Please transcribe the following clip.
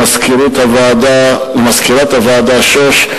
למזכירת הוועדה שוש,